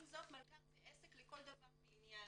עם זאת מלכ"ר זה עסק לכל דבר ועניין.